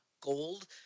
gold